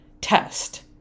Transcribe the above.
test